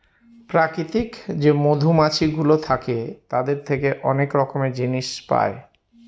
প্রাকৃতিক যে মধুমাছিগুলো থাকে তাদের থেকে অনেক রকমের জিনিস পায়